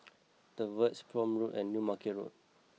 the Verge Prome Road and New Market Road